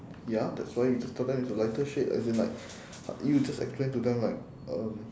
ya that's why you just tell them it's a lighter shade as in like you just explain to them like um